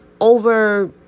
over